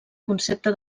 concepte